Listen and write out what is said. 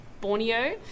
Borneo